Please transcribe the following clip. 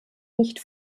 nicht